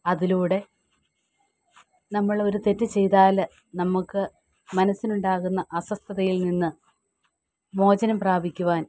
അതിലൂടെ നമ്മൾ ഒരു തെറ്റു ചെയ്താൽ നമുക്ക് മനസ്സിന് ഉണ്ടാകുന്ന അസ്വസ്ഥതയിൽ നിന്ന് മോചനം പ്രാപിക്കുവാൻ